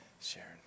Sharon